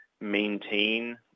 maintain